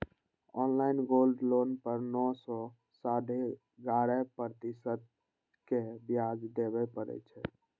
online gold loan पर नौ सं साढ़े ग्यारह प्रतिशत के ब्याज देबय पड़ै छै